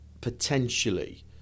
potentially